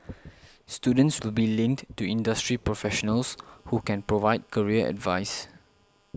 students will be linked to industry professionals who can provide career advice